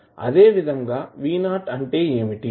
అదేవిధంగా v0 అంటే ఏమిటి